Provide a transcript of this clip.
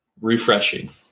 refreshing